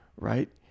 right